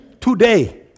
Today